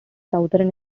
southern